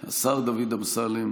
אמסלם, השר דוד אמסלם